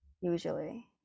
usually